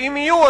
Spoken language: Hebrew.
ואם יהיו,